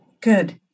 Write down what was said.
Good